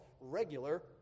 regular